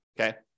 okay